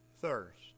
thirst